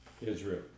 Israel